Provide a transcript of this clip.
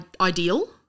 ideal